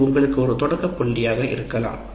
இதோ உங்களுக்கு ஒரு தொடக்கப் புள்ளியாக இருக்கலாம்